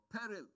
peril